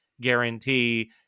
guarantee